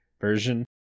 version